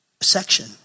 section